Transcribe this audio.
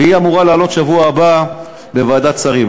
והיא אמורה לעלות בשבוע הבא בוועדת שרים.